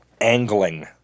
angling